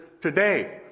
today